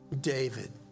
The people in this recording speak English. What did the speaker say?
David